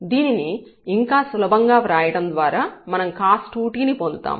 దీనిని ఇంకా సులభంగా రాయడం ద్వారా మనం cos2t ని పొందుతాము